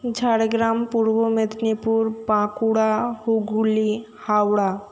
Jhargram Purba Medinipur Bankura Hooghly Howrah